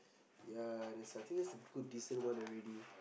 ya I think that's a good decent one already